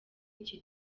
iki